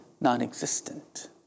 non-existent